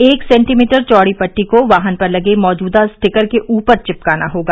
एक सेंटीमीटर चौड़ी पट्टी को वाहन पर लगे मौजूदा स्टिकर के ऊपर चिपकाना होगा